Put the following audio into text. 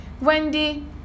Wendy